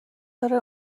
داره